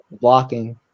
blocking